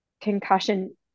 concussion